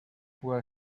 where